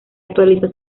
actualiza